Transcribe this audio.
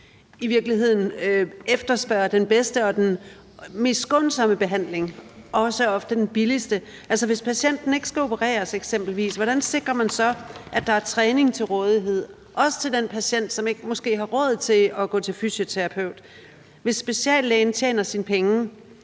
i virkeligheden samlet set efterspørger den bedste og den mest skånsomme behandling og ofte også den billigste. Hvis patienten eksempelvis ikke skal opereres, hvordan sikrer man så, at der er træning til rådighed, også til den patient, som måske ikke har råd til at gå til fysioterapeut? Hvis speciallægen tjener sine penge